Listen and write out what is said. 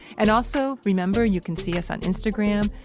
and, also, remember, you can see us on instagram,